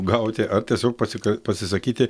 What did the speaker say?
gauti ar tiesiog pasika pasisakyti